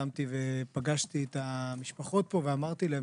הקדמתי ופגשתי את המשפחות כאן ואמרתי להן